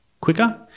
quicker